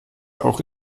auch